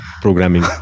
programming